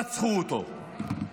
רצחו אותו.